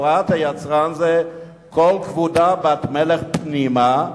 הוראות היצרן היא "כל כבודה בת מלך פנימה",